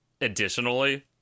additionally